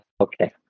okay